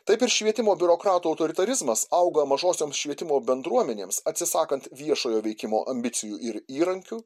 taip ir švietimo biurokratų autoritarizmas auga mažosiom švietimo bendruomenėms atsisakant viešojo veikimo ambicijų ir įrankių